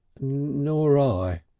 nor i,